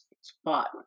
spot